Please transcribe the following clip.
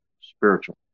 Spiritual